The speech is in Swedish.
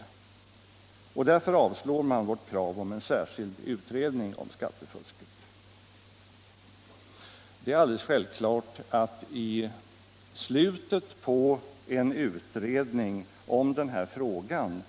Därför yrkar utskottet avslag på vårt krav på en särskild utredning om skattefusket. I slutet av en utredning om denna fråga